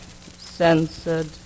Censored